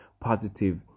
positive